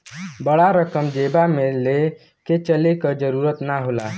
बड़ा रकम जेबा मे ले के चले क जरूरत ना होला